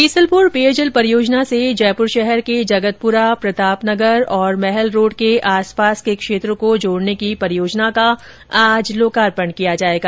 बीसलपुर पेयजल परियोजना से जयपुर शहर के जगतपुरा प्रतापनगर और महल रोड के आसपास के क्षेत्र को जोड़ने की परियोजना का आज लोकार्पण किया जायेगा